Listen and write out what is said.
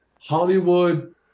Hollywood